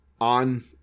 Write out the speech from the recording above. on